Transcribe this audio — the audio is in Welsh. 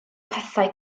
pethau